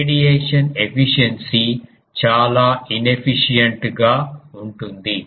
radiation efficiency చాలా inefficient గా ఉంటుంది